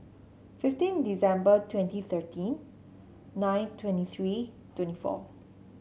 fifteen December twenty thirteen nine twenty three twenty four